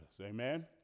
Amen